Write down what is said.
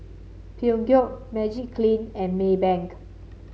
Peugeot Magiclean and Maybank